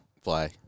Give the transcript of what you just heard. Fly